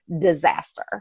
disaster